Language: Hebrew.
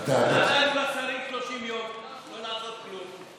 נתנו לשרים 30 יום לא לעשות כלום.